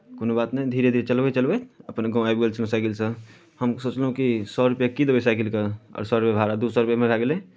कोनो बात नहि धीरे धीरे चलबैत चलबैत अपन गाँव आबि गेल छलहुँ साइकिलसँ हम सोचलहुँ कि सए रुपैआ की देबै साइकिलकेँ आओर सए रुपैआ भाड़ा दू सए रुपैआमे साइकिले